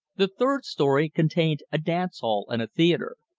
the third story contained a dance hall and a theater.